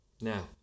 now